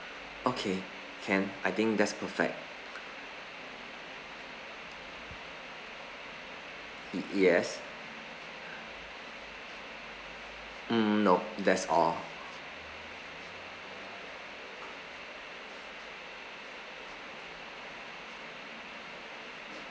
okay can I think that's perfect y~ yes mm nope that's all